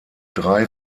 drei